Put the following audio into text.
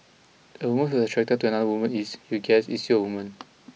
a woman who is attracted to another women is you guessed still a woman